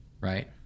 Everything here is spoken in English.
right